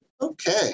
Okay